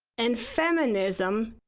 and feminism